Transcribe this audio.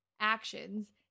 actions